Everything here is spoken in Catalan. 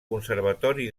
conservatori